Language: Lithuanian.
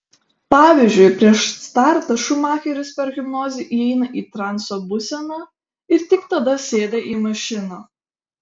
pavyzdžiui prieš startą šumacheris per hipnozę įeina į transo būseną ir tik tada sėda į mašiną